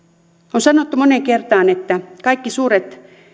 on sanottu moneen kertaan että kaikki suuret